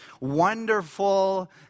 wonderful